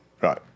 Right